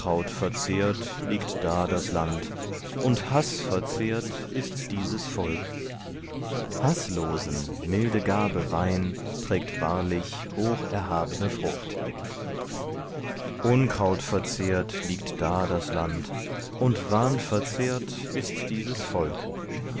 unkrautverzehrt liegt da das land und haßverzehrt ist dieses volk haßlosen milde gabe weihn trägt wahrlich hocherhabne frucht unkrautverzehrt liegt da das land und wahnverzehrt ist dieses volk